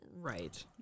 Right